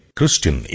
Christian